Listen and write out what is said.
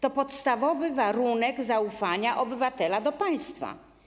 To podstawowy warunek zaufania obywatela do państwa.